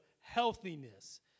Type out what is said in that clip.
healthiness